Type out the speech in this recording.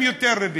לממונה,